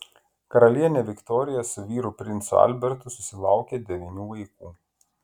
karalienė viktorija su vyru princu albertu susilaukė devynių vaikų